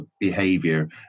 behavior